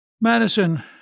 Madison